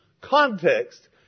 Context